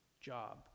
job